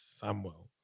Samuel